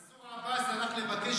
דודי, מנסור עבאס הלך לבקש